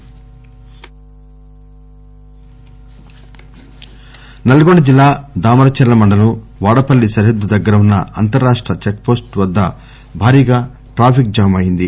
check వోస్టులు నల్గొండ జిల్లా దామరచర్ల మండలం వాడపల్లి సరిహద్దు దగ్గర ఉన్న అంతర్రాష్ట చెక్ పోస్ట వద్ద భారీగా ట్రాఫిక్ జామ్ అయింది